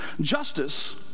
Justice